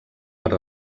per